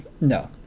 No